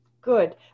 good